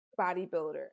bodybuilder